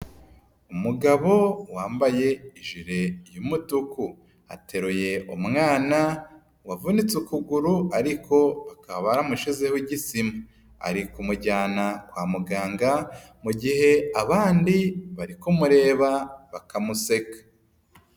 Umugabo wambaye ijire y'umutuku. Ateruye umwana wavunitse ukuguru ariko bakaba baramushizeho igisima. Ari kumujyana kwa muganga mu gihe abandi bari kumureba bakamuseka.